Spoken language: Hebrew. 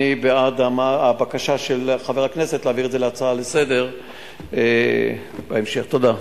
אני בעד הבקשה של חבר הכנסת להעביר את זה כהצעה לסדר-היום להמשך דיון.